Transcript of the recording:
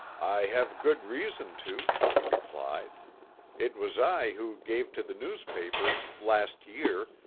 i have good reason to, he replied it was i who gave to the newspapers, last year,